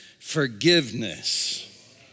forgiveness